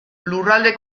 lurralde